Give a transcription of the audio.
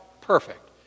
perfect